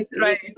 right